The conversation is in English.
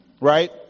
right